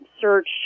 search